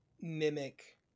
mimic